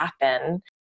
happen